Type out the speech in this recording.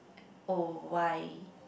oh why